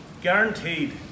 guaranteed